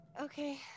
okay